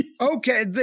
Okay